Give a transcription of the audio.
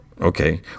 Okay